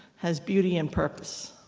has beauty and purpose.